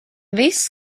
viss